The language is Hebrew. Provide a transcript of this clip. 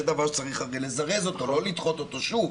זה דבר שצריך לזרז אותו, לא לדחות אותו שוב.